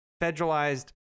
federalized